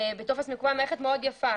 בטופס מקווה מערכת מאוד יפה.